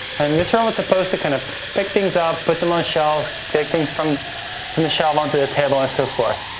and this robot's supposed to kind of pick things up, put them on a shelf, take things from from the shelf onto the table as so forth.